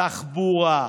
תחבורה,